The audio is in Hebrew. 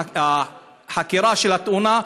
החקירה של התאונה,